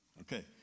okay